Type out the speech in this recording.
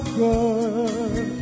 good